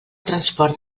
transport